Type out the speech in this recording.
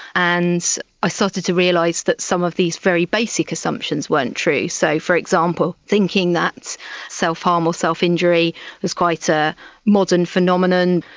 and i started to realise that some of these very basic assumptions weren't true. so, for example, thinking that self-harm or self-injury was quite a modern phenomenon.